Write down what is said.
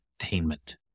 entertainment